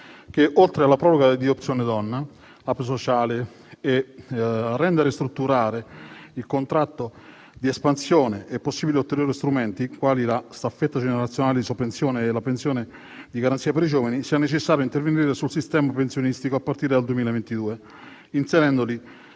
che, oltre alla proroga di opzione donna e Ape sociale, a rendere strutturale il contratto di espansione e alla possibilità di ottenere strumenti, quali la staffetta generazionale, l'isopensione e la pensione di garanzia per i giovani, sia necessario intervenire sul sistema pensionistico a partire dal 2022, inserendo